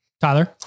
Tyler